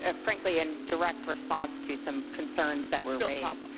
ah frankly, in direct response to some concerns that were raised.